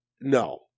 No